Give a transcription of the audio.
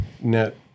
net